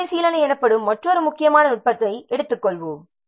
மறுபரிசீலனை எனப்படும் மற்றொரு முக்கியமான நுட்பத்தை எடுத்துக்கொள்வோம்